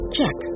Check